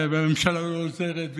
והממשלה לא עוזרת,